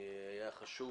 היה חשוב